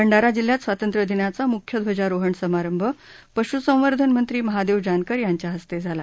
भंडारा जिल्ह्यात स्वातंत्र्य दिनाचा मुख्य ध्वजारोहण समारंभ पशूसंवर्धन मंत्री महादेव जानकर यांच्या हस्ते झाला